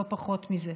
לא פחות מזה.